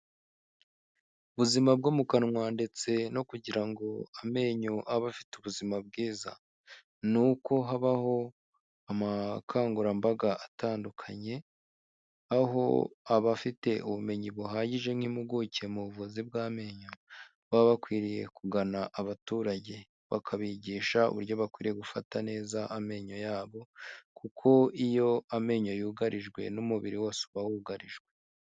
Ubuzima bwo mu kanwa ndetse no kugira ngo amenyo abe afite ubuzima bwiza, ni uko habaho amakangurambaga atandukanye, aho abafite ubumenyi buhagije nk'impuguke mu buvuzi bw'amenyo baba bakwiriye kugana abaturage bakabigisha uburyo bakwiye gufata neza amenyo yabo kuko iyo amenyo yugarijwe n'umubiri wose uba wugarijwe.